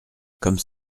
comme